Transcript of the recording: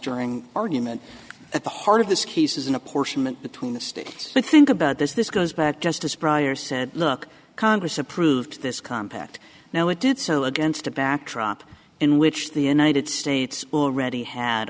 during argument at the heart of this case is an apportionment between the states but think about this this goes back justice prior said look congress approved this compact now it did so against a backdrop in which the united states already had